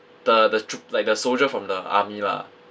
the the troop like the soldier from the army lah